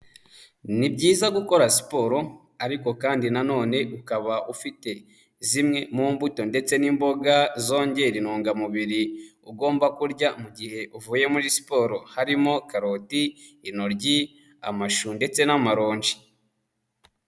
Ni byiza gukora siporo ariko kandi nanone ukaba ufite zimwe mu mbuto ndetse n'imboga zongera intungamubiri ugomba kurya mu gihe uvuye muri siporo, harimo karoti, intoryi, amashu ndetse n'amaronji.